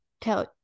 tell